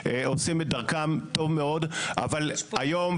הממשלה, גופי